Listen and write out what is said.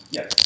Yes